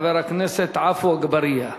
חבר הכנסת עפו אגבאריה.